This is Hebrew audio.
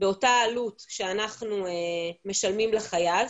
באותה עלות שאנחנו משלמים לחייל,